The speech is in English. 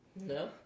No